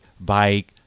bike